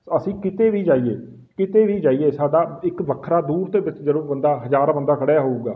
ਅਸੀਂ ਕਿਤੇ ਵੀ ਜਾਈਏ ਕਿਤੇ ਵੀ ਜਾਈਏ ਸਾਡਾ ਇੱਕ ਵੱਖਰਾ ਦੂਰ ਤੋਂ ਵਿੱਚ ਜਦੋਂ ਬੰਦਾ ਹਜ਼ਾਰ ਬੰਦਾ ਖੜ੍ਹਿਆ ਹੋਊਗਾ